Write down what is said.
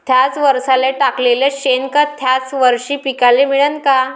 थ्याच वरसाले टाकलेलं शेनखत थ्याच वरशी पिकाले मिळन का?